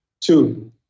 Two